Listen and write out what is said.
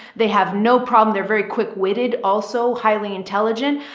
they have no problem. they're very quick witted, also highly intelligent,